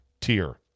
tier